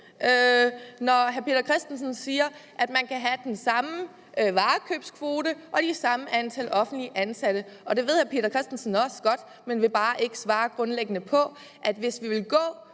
når han siger, at man kan have den samme varekøbskvote og det samme antal offentligt ansatte. Det ved hr. Peter Christensen også godt, men han vil bare ikke svare grundlæggende på det. Hvis vi vil gå